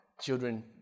children